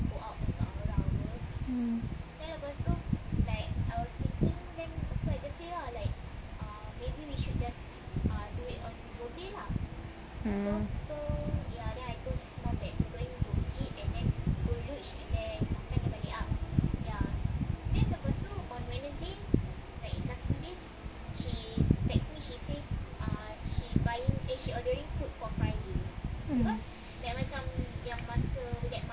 mm mm mmhmm